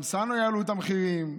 גם סנו יעלו את המחירים.